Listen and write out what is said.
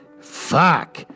Fuck